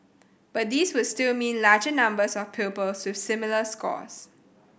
but these would still mean larger numbers of pupils with similar scores